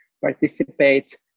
participate